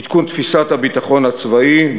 עדכון תפיסת הביטחון הצבאי,